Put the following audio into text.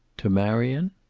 to marion?